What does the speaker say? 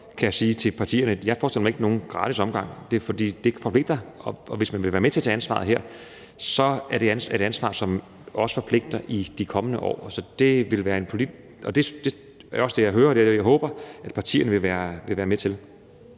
kan jeg sige til partierne, at jeg ikke forestiller mig nogen gratis omgang, fordi det forpligter, og hvis man vil være med til at tage ansvaret her, så er det et ansvar, som også forpligter i de kommende år. Det er også det, jeg hører, og som jeg håber partierne vil være med til.